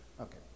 Okay